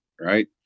Right